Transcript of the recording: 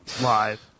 live